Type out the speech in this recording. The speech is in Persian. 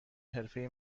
حرفه